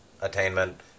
attainment